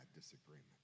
disagreement